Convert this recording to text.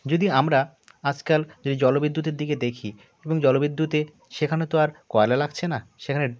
যদি আমরা আজকাল যদি জল বিদ্যুতের দিকে দেখি এবং জল বিদ্যুতের সেখানে তো আর কয়লা লাগছে না সেখানে